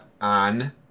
on